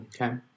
Okay